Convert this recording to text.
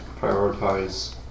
prioritize